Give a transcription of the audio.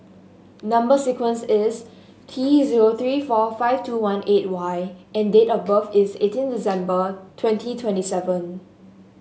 number sequence is T zero three four five two one eight Y and date of birth is eighteen December twenty twenty seven